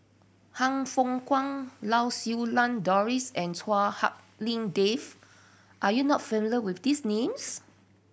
Han Fook Kwang Lau Siew Lang Doris and Chua Hak Lien Dave are you not familiar with these names